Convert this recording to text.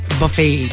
buffet